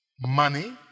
money